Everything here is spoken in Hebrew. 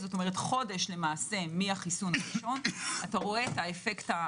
כלומר חודש מהחיסון הראשון אתה רואה את האפקט.